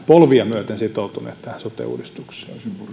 polvia myöten sitoutuneet tähän sote uudistukseen